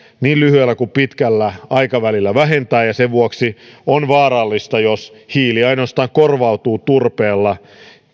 niin lyhyellä kuin pitkällä aikavälillä vähentää ja sen vuoksi on vaarallista jos hiili ainoastaan korvautuu turpeella